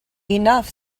enough